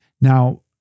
Now